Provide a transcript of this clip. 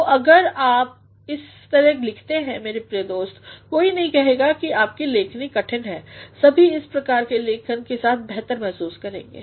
तो अगर आप इस तरह से लिखते हैं मेरे प्रिय दोस्त कोई नहीं कहेगा कि आपकी लेखन कठिन है सभी इस प्रकार केलेखन केसाथ बेहतर महसूस करेंगे